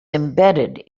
embedded